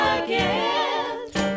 again